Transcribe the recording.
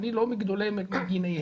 ואני לא מגדולי מגיניהם,